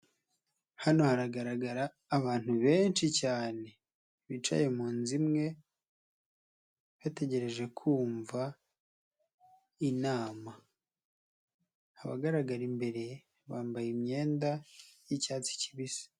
Hano haragaragara abantu benshi cyane bicaye muzu imwe bategereje kumva inama abagaragara imbere bambaye imyenda y'icyatsi kibisi.